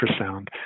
ultrasound